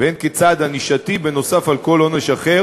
והן כצעד ענישתי נוסף על כל עונש אחר